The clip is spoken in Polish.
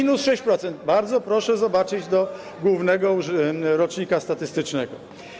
Minus 6%, bardzo proszę popatrzyć do Głównego Rocznika Statystycznego.